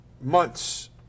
months